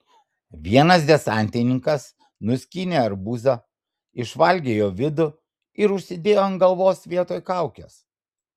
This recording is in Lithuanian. vienas desantininkas nuskynė arbūzą išvalgė jo vidų ir užsidėjo ant galvos vietoj kaukės